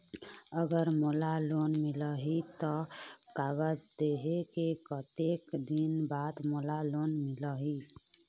अगर मोला लोन मिलही त कागज देहे के कतेक दिन बाद मोला लोन मिलही?